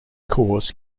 course